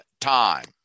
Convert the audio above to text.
time